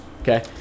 Okay